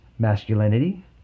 Masculinity